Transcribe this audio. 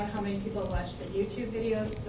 how many people watch the youtube videos,